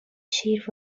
شیر